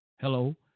Hello